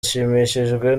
nshimishijwe